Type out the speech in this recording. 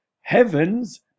heavens